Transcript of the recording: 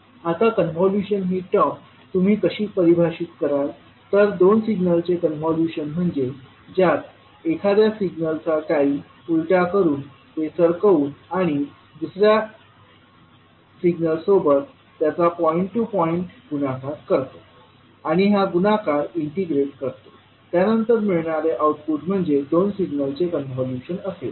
आता कॉन्व्होल्यूशन ही टर्म तुम्ही कशी परिभाषित कराल तर दोन सिग्नलचे कॉन्व्होल्यूशन म्हणजे ज्यात एखाद्या सिग्नलचा टाईम उलटा करून ते सरकवून आणि दुसर्या सिग्नलसोबत त्याचा पॉईंट टू पॉईंट गुणाकार करतो आणि हा गुणाकार इंटिग्रेट करतो त्यानंतर मिळणारे आऊटपुट म्हणजे दोन सिग्नलचे कॉन्व्होल्यूशन असेल